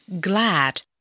Glad